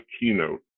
keynote